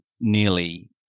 nearly